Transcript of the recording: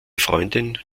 freundin